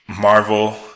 Marvel